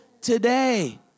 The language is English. today